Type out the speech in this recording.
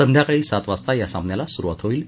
सायंकाळी सात वाजता या सामन्याला सुरुवात होईल